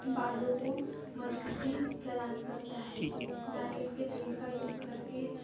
बालों को मजबूती प्रदान करता है नारियल के तेल का यूज़ करके